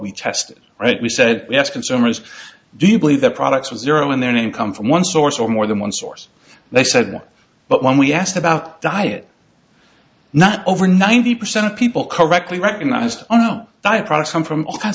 we test right we said yes consumers do you believe the products with zero in their name come from one source or more than one source they said no but when we asked about diet not over ninety percent of people correctly recognized that products come from all kinds